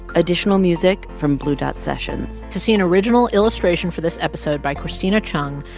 additional music from blue dot sessions to see an original illustration for this episode by christina chung,